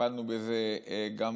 טיפלנו גם בזה בעבר.